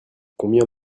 combien